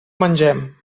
mengem